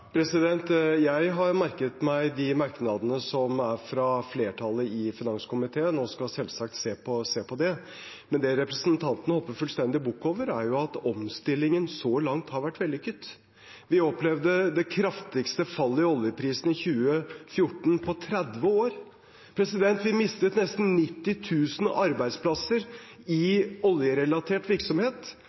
Jeg har merket meg merknadene fra flertallet i finanskomiteen og skal selvsagt se på det. Men det representanten hopper fullstendig bukk over, er at omstillingen så langt har vært vellykket. Vi opplevde i 2014 det kraftigste fallet i oljeprisen på 30 år, vi mistet nesten 90 000 arbeidsplasser i oljerelatert virksomhet.